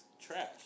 trash